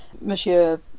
monsieur